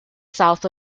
south